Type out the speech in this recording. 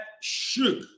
shook